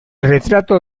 retrato